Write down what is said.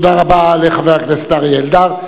תודה רבה לחבר הכנסת אריה אלדד.